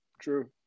True